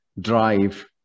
drive